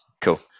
Cool